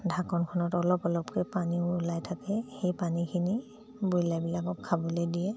ঢাকনখনত অলপ অলপকৈ পানী ওলাই থাকে সেই পানীখিনি ব্ৰইলাৰবিলাকক খাবলৈ দিয়ে